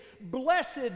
blessed